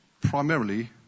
primarily